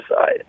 side